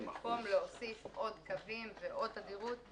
במקום להוסיף עוד קווים ועוד תדירות.